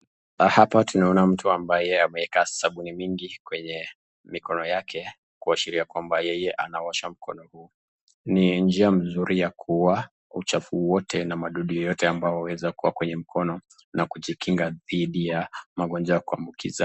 Hapa tunaona mtu ambaye ameweka sabuni mingi kwenye, mikono yake kuashiria kwamba yeye anaosha mkono huo. Ni njia mzuri ya kuuwa uchafu wote na madudu yote ambayo uweza kuwa kwenye mkono, na kujikinga dhidi ya magonjwa ya kuabukizwa.